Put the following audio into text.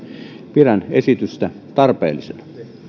pidän esitystä tarpeellisena